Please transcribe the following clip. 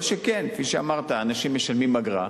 כל שכן, כפי שאמרת, אנשים משלמים אגרה,